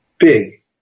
big